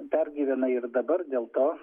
pergyvena ir dabar dėl to